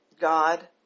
God